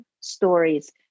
stories